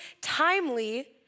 timely